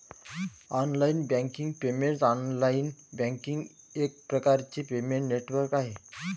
online banking payments online banking एक प्रकारचे payment network आहे